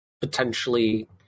potentially